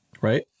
right